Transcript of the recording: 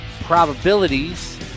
probabilities